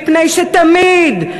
מפני שתמיד,